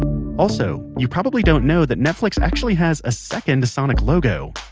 also, you probably don't know that netflix actually has a second sonic logo.